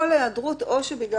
הפגיעה משך שנים התאפשרה בגלל